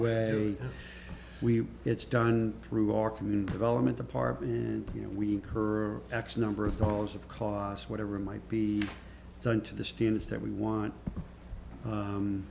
way we it's done through our community development department and you know we incur x number of dollars of cost whatever might be done to the standards that we want